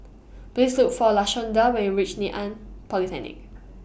Please Look For Lashonda when YOU REACH Ngee Ann Polytechnic